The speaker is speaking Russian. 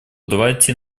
давайте